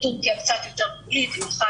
טורקיה קצת יותר איטית,